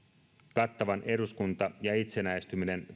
kattavan eduskunta ja itsenäistyminen